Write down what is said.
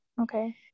Okay